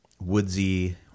woodsy